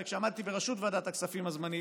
כשעמדתי בראשות ועדת הכספים הזמנית,